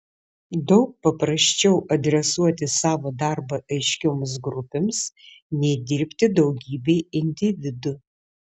daug paprasčiau adresuoti savo darbą aiškioms grupėms nei dirbti daugybei individų